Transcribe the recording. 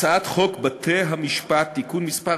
הצעת חוק בתי-המשפט (תיקון מס'